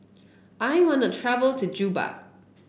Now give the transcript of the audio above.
I want the travel to Juba